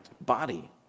Body